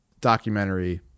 documentary